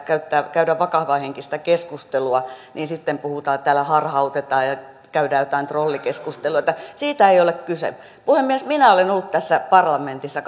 käydä vakavahenkistä keskustelua niin sitten puhutaan että täällä harhautetaan ja käydään jotain trollikeskustelua siitä ei ole kyse puhemies minä olen ollut tässä parlamentissa